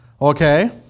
Okay